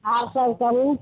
आर सब करू